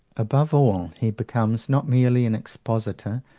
above all, he becomes not merely an expositor,